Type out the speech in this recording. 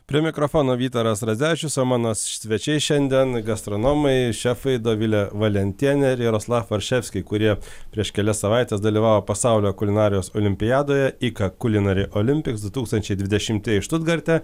prie mikrofono vytaras radzevičius o mano svečiai šiandien gastronomai šefai dovilė valentienė ir jaroslav orševski kurie prieš kelias savaites dalyvavo pasaulio kulinarijos olimpiadoje ika culinary olympics du tūkstančiai dvidešimtieji štutgarte